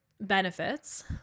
benefits